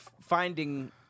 finding